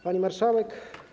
Pani Marszałek!